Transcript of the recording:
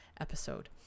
episode